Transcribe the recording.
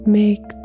make